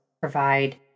provide